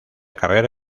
carrera